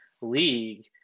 league